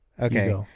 Okay